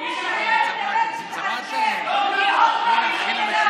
היא עוד לא נקברה.